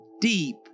deep